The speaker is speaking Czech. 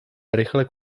rychle